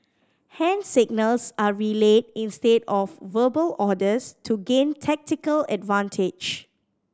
hand signals are relayed instead of verbal orders to gain tactical advantage